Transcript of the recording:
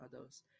others